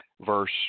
verse